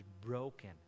broken